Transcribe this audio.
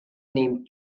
named